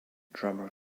drummer